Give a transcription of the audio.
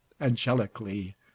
angelically